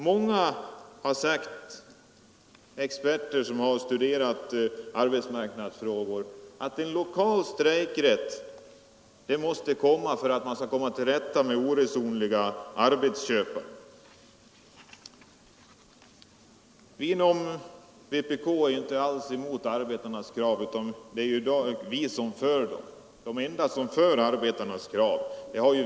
Många experter som har studerat arbetsmarknadsfrågor har sagt att en lokal strejkrätt måste till för att man skall komma till rätta med oresonliga arbetsköpare. Vi inom vpk är inte alls emot arbetarnas krav. Vi är ju de enda som driver arbetarnas krav.